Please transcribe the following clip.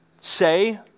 say